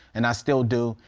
and i still do.